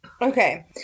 Okay